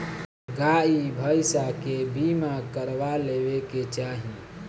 गाई भईसा के बीमा करवा लेवे के चाही